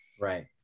right